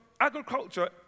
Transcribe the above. Agriculture